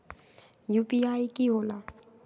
UPI कि होला?